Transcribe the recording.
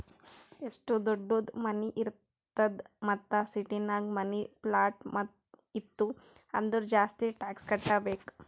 ಎಷ್ಟು ದೊಡ್ಡುದ್ ಮನಿ ಇರ್ತದ್ ಮತ್ತ ಸಿಟಿನಾಗ್ ಮನಿ, ಪ್ಲಾಟ್ ಇತ್ತು ಅಂದುರ್ ಜಾಸ್ತಿ ಟ್ಯಾಕ್ಸ್ ಕಟ್ಟಬೇಕ್